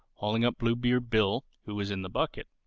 hauling up bluebeard bill who was in the bucket.